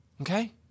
Okay